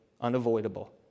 unavoidable